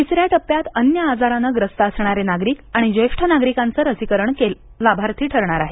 तिसऱ्या टप्प्यात अन्य आजाराने ग्रस्त असणारे नागरिक आणि ज्येष्ठ नागरिक लसीकरणाचे लाभार्थी ठरणार आहेत